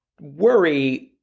worry